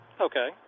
Okay